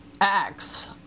acts